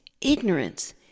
Ignorance